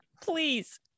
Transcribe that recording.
please